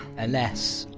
unless.